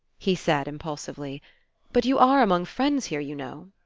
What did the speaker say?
he said impulsively but you are among friends here, you know.